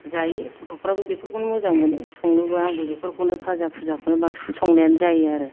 जायो गथ'फ्राबो बेफोरखौनो मोजां मोनो संनोबो आंबो बेफोरखौनो फाजा फुजाखौनो बांसिन संनायानो जायो आरो